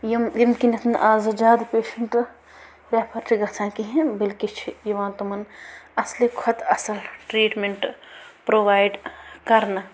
یِم ییٚمہِ کِنٮ۪تھ نہٕ آزٕ زیادٕ پیشنٛٹ رٮ۪فر چھِ گَژھان کِہیٖنۍ بلکہِ چھِ یِوان تِمَن اَصلہِ کھۄتہٕ اَصٕل ٹرٛیٖٹمینٛٹ پرٛووایڈ کَرنہٕ